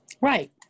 Right